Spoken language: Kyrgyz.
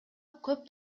көп